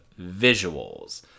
visuals